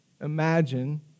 imagine